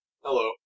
Hello